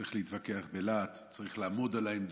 צריך להתווכח בלהט, צריך לעמוד על העמדות.